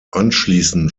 anschließend